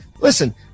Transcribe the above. listen